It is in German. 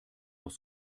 doch